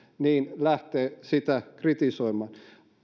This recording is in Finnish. lähtee sitä kritisoimaan